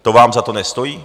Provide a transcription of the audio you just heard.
To vám za to nestojí?